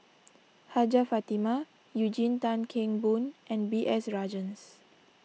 Hajjah Fatimah Eugene Tan Kheng Boon and B S Rajhans